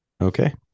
Okay